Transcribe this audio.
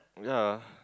ya